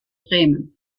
bremen